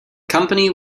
company